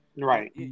right